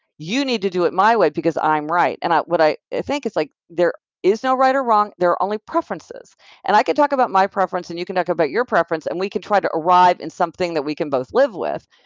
you need to do it my way because i'm right, and what i think is like there is no right or wrong. there are only preferences and i can talk about my preference, and you can talk about your preference, and we can try to arrive in something that we can both live with.